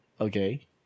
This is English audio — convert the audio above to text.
Okay